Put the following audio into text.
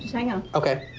hang on ok.